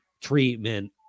treatment